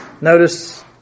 Notice